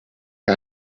que